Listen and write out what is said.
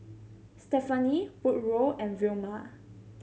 Stephany Woodrow and Vilma